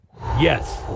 Yes